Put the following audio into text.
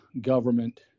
government